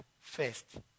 first